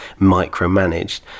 micromanaged